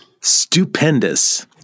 Stupendous